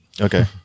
Okay